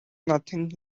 nothing